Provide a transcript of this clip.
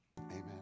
Amen